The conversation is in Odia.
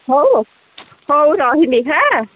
ହଉ ହଉ ରହିଲି ହାଁ